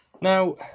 Now